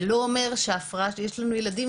זה לא אומר שזו ההפרעה המלאה,